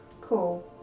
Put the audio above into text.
Cool